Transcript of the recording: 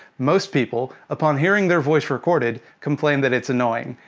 most people, upon hearing their voice recorded, complain that it's annoying.